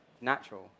natural